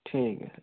ठीक है सर